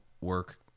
work